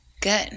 Good